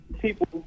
people